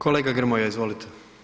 Kolega Grmoja, izvolite.